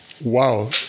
Wow